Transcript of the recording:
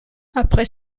après